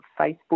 Facebook